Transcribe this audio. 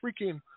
freaking